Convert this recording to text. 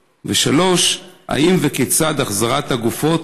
3. האם, וכיצד, החזרת הגופות